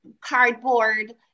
cardboard